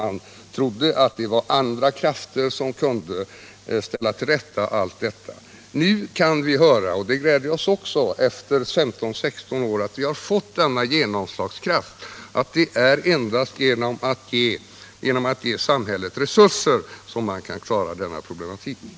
Man trodde att andra krafter kunde ställa allting till rätta. Nu kan vi höra — och det gläder oss att våra idéer efter 15-16 år har fått denna genomslagskraft — att det är endast genom att ge samhället resurser som man kan klara näringslivets strukturproblem.